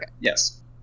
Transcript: Yes